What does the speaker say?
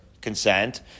consent